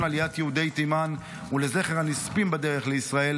עליית יהודי תימן ולזכר הנספים בדרך לישראל,